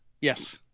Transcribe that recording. Yes